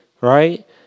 right